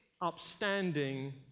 upstanding